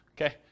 Okay